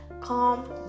calm